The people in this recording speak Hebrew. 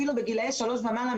אפילו בגילי שלוש ומעלה,